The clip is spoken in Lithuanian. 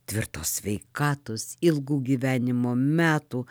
tvirtos sveikatos ilgų gyvenimo metų